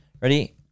Ready